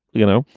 you know,